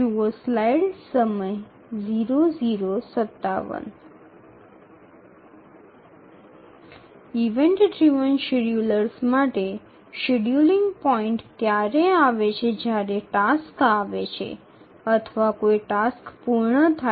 event চালিত সময়সূচীগুলির জন্য শিডিউলিং পয়েন্টগুলিতে টাস্কটি উপস্থিত হয় বা কোনও টাস্ক সম্পূর্ণ হয়